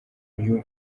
uyu